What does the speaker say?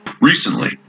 Recently